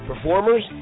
performers